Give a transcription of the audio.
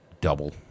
double